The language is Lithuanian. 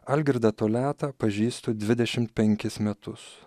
algirdą toliatą pažįstu dvidešimt penkis metus